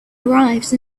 arrived